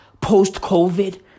post-COVID